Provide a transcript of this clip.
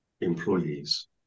employees